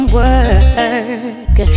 work